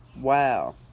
Wow